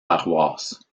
paroisses